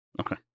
Okay